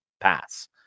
Pass